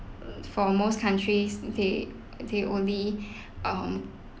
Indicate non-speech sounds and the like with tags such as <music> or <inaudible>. mm for most countries they they only <breath> um